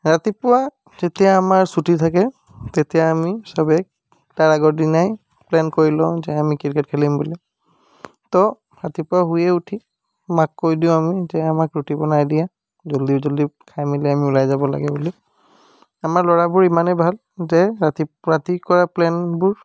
ৰাতিপুৱা যেতিয়া আমাৰ ছুটী থাকে তেতিয়া আমি চবেই তাৰ আগৰ দিনাই প্লেন কৰি লওঁ যে আমি ক্ৰিকেট খেলিম বুলি তো ৰাতিপুৱা শুই উঠি মাক কৈ দিওঁ আমি যে আমাক ৰুটী বনাই দিয়া জল্দি জল্দি খাই মেলি আমি ওলাই যাব লাগে বুলি আমাৰ ল'ৰাবোৰ ইমানে ভাল যে ৰাতিপ্ ৰাতি কৰা প্লেনবোৰ